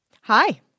Hi